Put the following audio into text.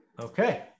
Okay